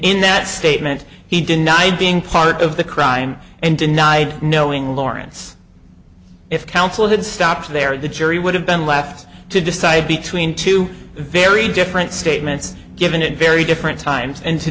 in that statement he denied being part of the crime and denied knowing lawrence if counsel had stopped there the jury would have been left to decide between two very different statements given in very different times and to